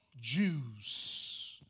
Jews